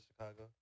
Chicago